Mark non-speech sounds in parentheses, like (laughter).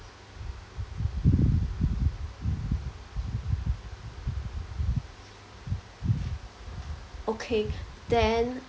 okay (breath) then